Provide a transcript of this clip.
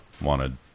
wanted